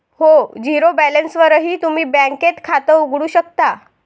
हो, झिरो बॅलन्सवरही तुम्ही बँकेत खातं उघडू शकता